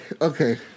okay